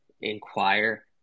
inquire